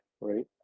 right